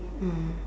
mm